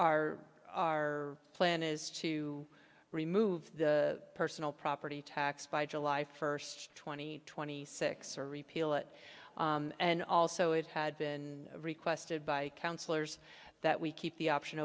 are our plan is to remove the personal property tax by july first twenty twenty six or repeal it and also it had been requested by councillors that we keep the option